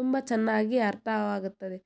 ತುಂಬ ಚೆನ್ನಾಗಿ ಅರ್ಥವಾಗುತ್ತದೆ